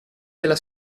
della